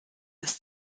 ist